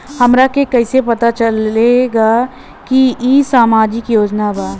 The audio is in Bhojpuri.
हमरा के कइसे पता चलेगा की इ सामाजिक योजना बा?